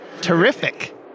Terrific